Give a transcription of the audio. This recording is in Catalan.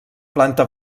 planta